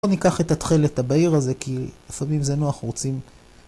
בואו ניקח את התכלת הבהיר הזה כי לפעמים זה נוח רוצים